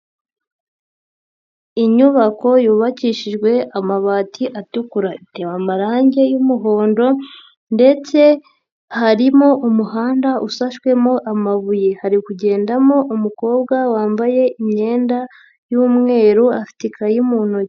Inyubako yubakishijwe amabati atukura itewe amarangi y'umuhondo ndetse harimo umuhanda ushashwemo amabuye, hari kugendamo umukobwa wambaye imyenda y'umweru afite ikayi mu ntoki.